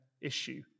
issue